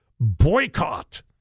boycott